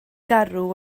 garw